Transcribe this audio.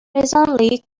recently